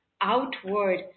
outward